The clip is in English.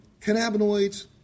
cannabinoids